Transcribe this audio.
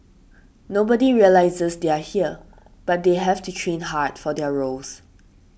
nobody realises they're here but they have to train hard for their roles